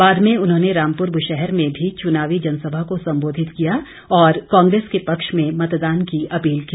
बाद में उन्होंने रामपुर बुशैहर में भी चुनावी जनसभा को संबोधित किया और कांग्रेस के पक्ष में मतदान की अपील की